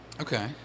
Okay